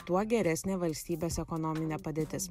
tuo geresnė valstybės ekonominė padėtis